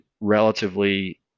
relatively